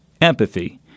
empathy